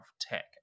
tech